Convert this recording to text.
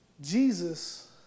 Jesus